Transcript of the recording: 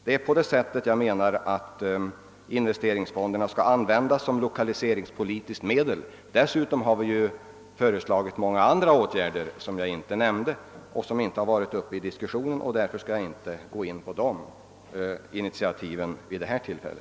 Det är på det sättet som investeringsfonderna enligt min mening bör användas såsom lokaliseringspolitiskt medel. Dessutom har vi ju föreslagit många andra åtgärder, som jag inte nämnde och som inte har berörts i diskussionen — jag skall därför heller inte gå in på de initiativen vid detta tillfälle.